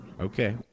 Okay